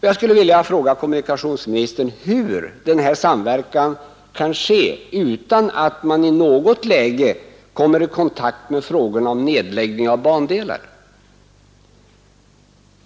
Jag skulle vilja fråga kommunikationsministern hur denna samverkan kan ske utan att man i något läge kommer i kontakt med frågan om nedläggning av bandelar.